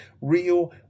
real